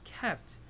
kept